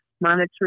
monitoring